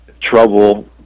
trouble